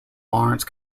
lawrence